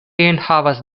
enhavas